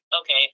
okay